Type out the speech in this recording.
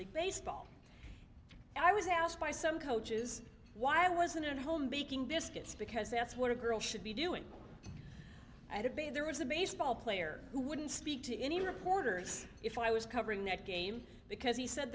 league baseball i was asked by some coaches why i wasn't at home making biscuits because that's what a girl should be doing i debated there was a baseball player who wouldn't speak to any reporters if i was covering that game because he said